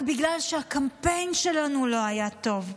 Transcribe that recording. זה רק בגלל שהקמפיין שלנו לא היה טוב.